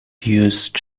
used